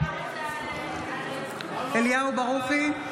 בעד אליהו ברוכי,